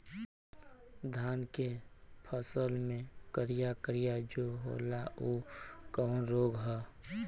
धान के फसल मे करिया करिया जो होला ऊ कवन रोग ह?